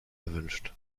erwünscht